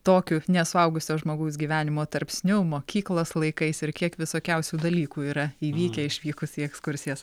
tokiu nesuaugusio žmogaus gyvenimo tarpsniu mokyklos laikais ir kiek visokiausių dalykų yra įvykę išvykus į ekskursijas